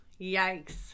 Yikes